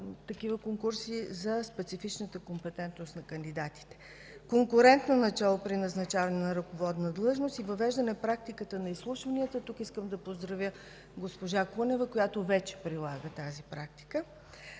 конкурси за специфичната компетентност на кандидатите. Конкурентно начало при назначаване на ръководна длъжност и въвеждане практиката на изслушванията. Тук искам да поздравя госпожа Кунева, която вече прилага тази практика.